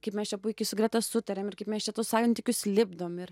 kaip mes čia puikiai su greta sutariam ir kaip mes čia tuos santykius lipdom ir